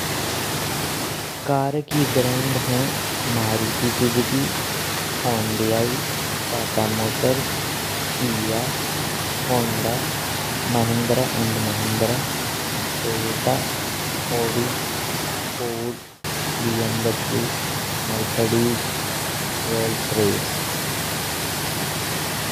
कार की ब्रांड हैं Maruti Suzuki, Tata Motors, Kia, Honda, Mahindra, and Mahindra, Toyota, Audi, Ford, BMW, Mercedes, Rolls Royce.